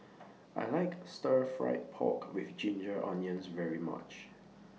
I like Stir Fried Pork with Ginger Onions very much